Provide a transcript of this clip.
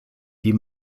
die